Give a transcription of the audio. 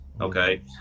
Okay